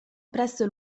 presso